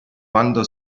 quando